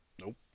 Nope